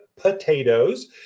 Potatoes